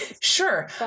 Sure